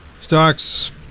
Stocks